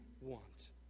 want